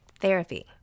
Therapy